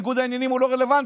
ניגוד העניינים הוא לא רלוונטי.